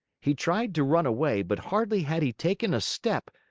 he tried to run away, but hardly had he taken a step,